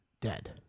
dead